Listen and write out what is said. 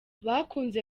bakunze